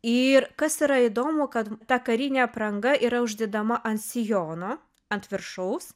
ir kas yra įdomu kad ta karinė apranga yra uždedama ant sijono ant viršaus